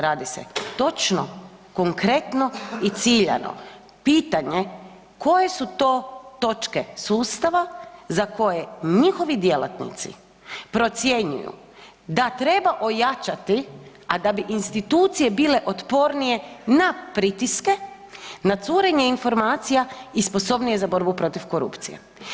Radi se točno, konkretno i ciljano pitanje koje su točke sustava za koje njihovi djelatnici procjenjuju da treba ojačati, a da bi institucije bile otpornije na pritiske, na curenje informacija i sposobnije za borbu protiv korupcije.